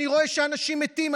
אני רואה שאנשים מתים,